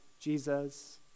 Jesus